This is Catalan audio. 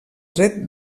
dret